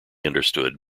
understood